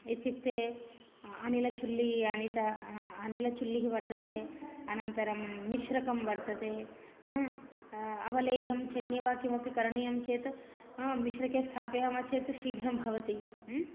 इत्युक्ते अनिलचुल्लिः अनिल अनिलचुल्लिः वर्तते अनन्तरं मिश्रकं वर्तते अवलेहं चट्निवा किमपि करणीयं चेत् मिश्रके स्थापयामः चेत् शीघ्रं भवति